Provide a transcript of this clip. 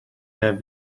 der